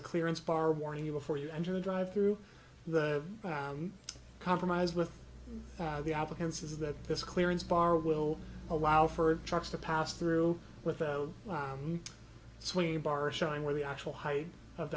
a clearance bar warning you before you enter the drive through the compromise with the applicants is that this clearance bar will allow for trucks to pass through with the i'm swinging bar showing where the actual height of